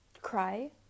cry